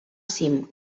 cim